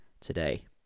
today